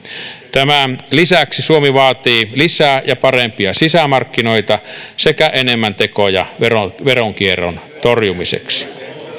tämän lisäksi suomi vaatii lisää ja parempia sisämarkkinoita sekä enemmän tekoja veronkierron torjumiseksi